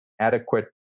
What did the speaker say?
adequate